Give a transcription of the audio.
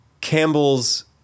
Campbell's